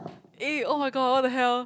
eh [oh]-my-god what the hell